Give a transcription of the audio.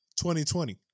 2020